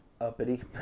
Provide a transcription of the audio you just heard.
uppity